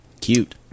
Cute